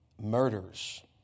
Murders